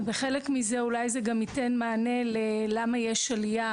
וחלק מזה אולי זה גם ייתן מענה ללמה יש עלייה